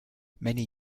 many